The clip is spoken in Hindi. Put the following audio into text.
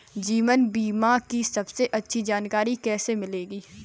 जीवन बीमा की सबसे अच्छी जानकारी कैसे मिलेगी?